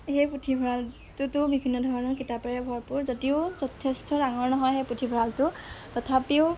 সেই পুথিভঁৰালটোতো বিভিন্ন ধৰণৰ কিতাপেৰে ভৰপূৰ যদিও যথেষ্ট ডাঙৰ নহয় সেই পুথিভঁৰালটো তথাপিও